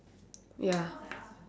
ya